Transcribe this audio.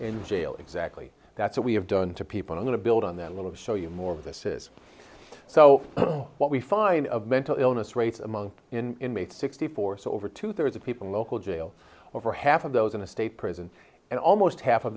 in jail exactly that's what we have done to people i'm going to build on that little to show you more of this is so what we find of mental illness rates among in sixty four so over two thirds of people local jail over half of those in a state prison and almost half of